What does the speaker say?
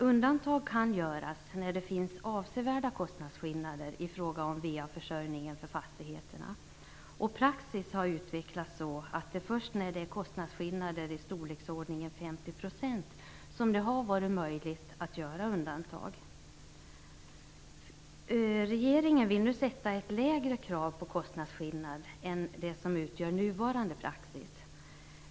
Undantag kan göras när det finns avsevärda kostnadsskillnader i fråga om VA-försörjningen för fastigheterna. Praxis har utvecklats så att det har varit möjligt att göra undantag först när kostnadsskillnaderna är i storleksordningen 50 %. Regeringen vill nu ställa ett lägre krav på kostnadsskillnad än det som utgör nuvarande praxis.